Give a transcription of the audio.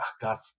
God